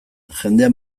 jendea